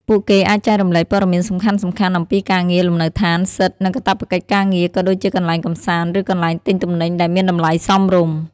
ពួកគេអាចចែករំលែកព័ត៌មានសំខាន់ៗអំពី ការងារ លំនៅឋាន សិទ្ធិ និងកាតព្វកិច្ចការងារ ក៏ដូចជាកន្លែងកម្សាន្ត ឬកន្លែងទិញទំនិញដែលមានតម្លៃសមរម្យ ។